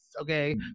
okay